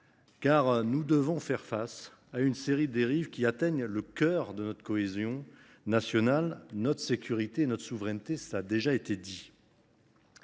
car nous devons faire face à une série de dérives qui atteignent le cœur de notre cohésion nationale, notre sécurité et notre souveraineté, comme d’autres